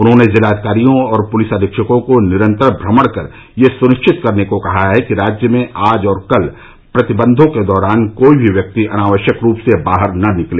उन्होंने जिलाधिकारियों और पुलिस अधीक्षकों को निरन्तर भ्रमण कर यह सुनिश्चित करने को कहा है कि राज्य में आज और कल प्रतिबन्धों के दौरान कोई भी व्यक्ति अनावश्यक रूप से बाहर न निकले